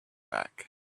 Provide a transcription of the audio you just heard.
back